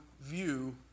view